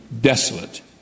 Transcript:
desolate